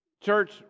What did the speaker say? Church